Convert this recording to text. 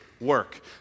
work